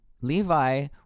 Levi